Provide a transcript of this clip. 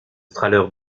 strahler